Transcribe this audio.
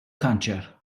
kanċer